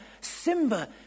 Simba